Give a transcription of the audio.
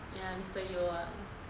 ya mister yeoh ah